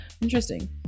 Interesting